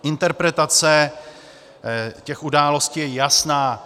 Interpretace těch událostí je jasná.